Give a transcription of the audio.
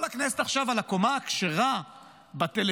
כל הכנסת עכשיו על הקומה הכשרה בטלפונים,